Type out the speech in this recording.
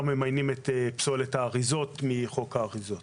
ממיינים את פסולת האריזות מחוק האריזות.